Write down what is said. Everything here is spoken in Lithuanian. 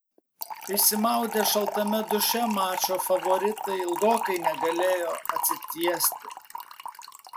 išsimaudę šaltame duše mačo favoritai ilgokai negalėjo atsitiesti